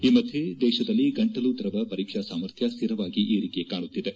ಈ ಮಧ್ಯೆ ದೇಶದಲ್ಲಿ ಗಂಟಲು ದ್ರವ ಪರೀಕ್ಷಾ ಸಾಮರ್ಥ್ಯ ಸ್ಟಿರವಾಗಿ ಏರಿಕೆ ಕಾಣುತ್ತಿದೆ